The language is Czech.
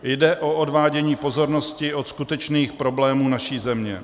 Jde o odvádění pozornosti od skutečných problémů naší země.